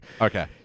Okay